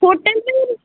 hotel भी